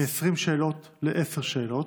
מ-20 שאלות ל-10 שאלות.